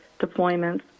deployments